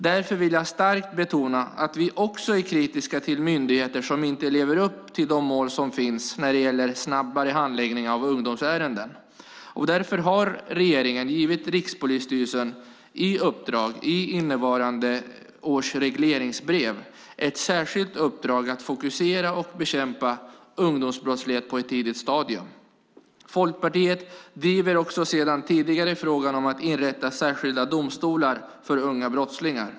Därför vill jag starkt betona att vi också är kritiska mot myndigheter som inte lever upp till de mål som finns om snabbare handläggning av ungdomsärenden. Därför har regeringen givit Rikspolisstyrelsen i innevarande års regleringsbrev ett särskilt uppdrag att fokusera på och bekämpa ungdomsbrottslighet på ett tidigt stadium. Folkpartiet driver också sedan tidigare frågan om att inrätta särskilda domstolar för unga brottslingar.